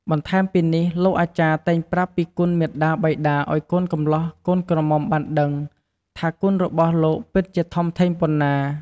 បន្ថែមពីនេះលោកអាចារ្យតែងប្រាប់ពីគុណមាតាបិតាឱ្យកូនកម្លោះកូនក្រមុំបានដឹងថាគុណរបស់លោកពិតជាធំធេងប៉ុណ្ណា។